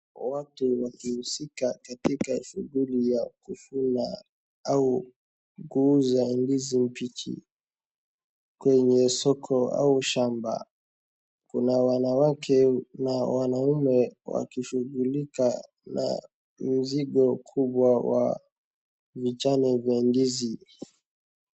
Watu wakihusika katika shughuli ya kuuza au kuvuna ndizi mbichi. Kwenye soko au shamba kuna wanawake na wanaume wakishughulika na mzigo mkubwa wa mijane ya ndizi.